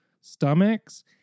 stomachs